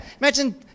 Imagine